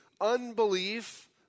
unbelief